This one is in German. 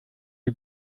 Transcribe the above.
sie